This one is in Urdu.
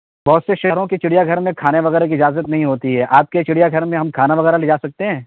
بہت سے شہروں کے چڑیا گھر میں کھانے وغیرہ کی اجازت نہیں ہوتی ہے آپ کے چڑیا گھر میں ہم کھانا وغیرہ لے جا سکتے ہیں